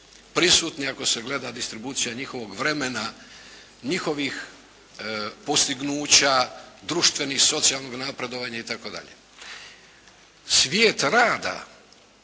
prisutni ako se gleda distribucija njihovog vremena, njihovih postignuća, društvenih, socijalnog napredovanja itd. Svijet rada